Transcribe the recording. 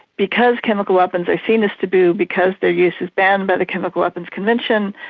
because chemical weapons are seen as taboo because their use is banned by the chemical weapons convention,